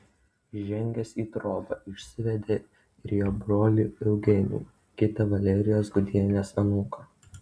įžengęs į trobą išsivedė ir jo brolį eugenijų kitą valerijos gudienės anūką